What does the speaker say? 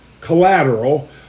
collateral